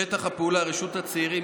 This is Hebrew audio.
שטח הפעולה: רשות הצעירים,